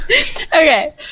Okay